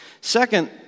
Second